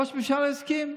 ראש הממשלה הסכים.